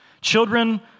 Children